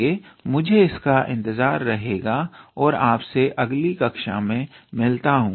तो मुझे इसका इंतजार रहेगा और आपसे अगली कक्षा में मिलता हूं